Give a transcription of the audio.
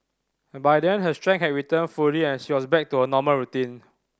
by then her strength had returned fully and she was back to her normal routine